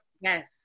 Yes